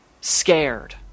scared